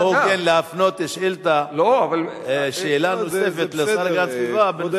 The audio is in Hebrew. כי זה לא הוגן להפנות שאלה נוספת לשר להגנת הסביבה בנושא,